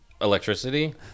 electricity